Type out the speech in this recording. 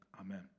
amen